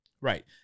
Right